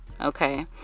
Okay